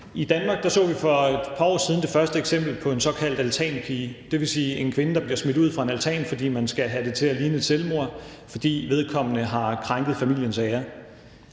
I Danmark så vi for et par år siden det første eksempel på en såkaldt altanpige, det vil sige en kvinde, der bliver smidt ud fra en altan, fordi man skal have det til at ligne et selvmord, og man gør det, fordi vedkommende har krænket familiens ære.